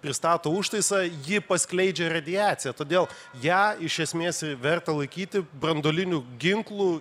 pristato užtaisą ji paskleidžia radiaciją todėl ją iš esmės verta laikyti branduoliniu ginklu